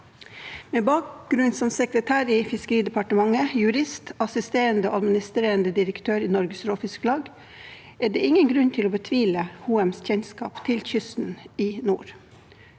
sin bakgrunn som sekretær i Fiskeridepartementet, jurist, assisterende og administrerende direktør i Norges Råfisklag er det ingen grunn til å betvile Hoems kjennskap til kysten i nord.